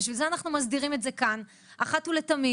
בשביל זה אנחנו מסדירים את זה כאן אחת ולתמיד.